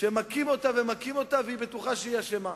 שמכים אותה ומכים אותה, והיא בטוחה שהיא אשמה.